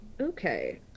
okay